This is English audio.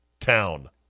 town